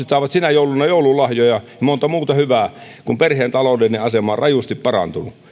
saavat sinä jouluna joululahjoja ja monta muuta hyvää kun perheen taloudellinen asema on rajusti parantunut